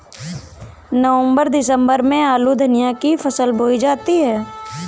नवम्बर दिसम्बर में आलू धनिया की फसल बोई जाती है?